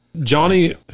johnny